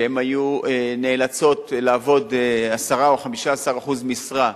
שהיו נאלצות לעבוד 10% או 15% משרה,